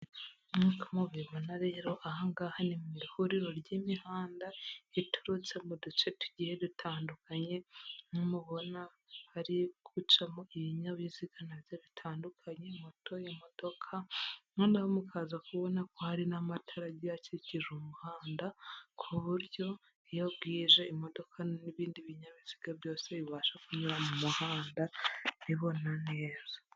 Nk'uko mubibona rero aha ngaha ni mu ihuriro ry'imihanda iturutse mu duce tugiye dutandukanye, aho mubona hari gucamo ibinyabiziga na byo bitandukanye moto, imodoka, noneho mukaza kubona ko hari n'amatara agiye akikije umuhanda ku buryo iyo bwije imodoka n'ibindi binyabiziga byose bibasha kunyura mu muhanda bibona neza.